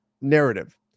narrative